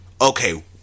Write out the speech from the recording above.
Okay